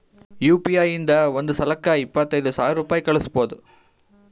you P I ಇಂದ ಒಂದ್ ಸಲಕ್ಕ ಇಪ್ಪತ್ತೈದು ಸಾವಿರ ರುಪಾಯಿ ಕಳುಸ್ಬೋದು